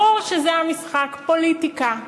ברור שזה המשחק, פוליטיקה,